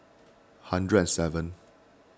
hundred and seven